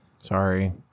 Sorry